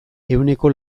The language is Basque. ehuneko